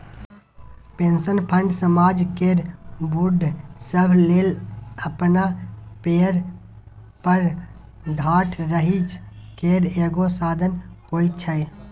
pension fund समाज केर बूढ़ सब लेल अपना पएर पर ठाढ़ रहइ केर एगो साधन होइ छै